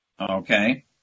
Okay